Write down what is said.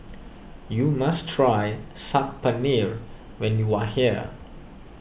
you must try Saag Paneer when you are here